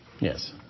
Yes